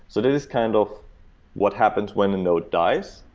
so that is kind of what happens when a node dies.